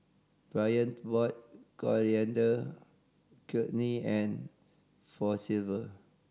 Brion bought Coriander Chutney for Silver